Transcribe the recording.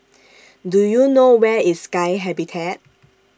Do YOU know Where IS Sky Habitat